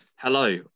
Hello